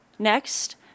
Next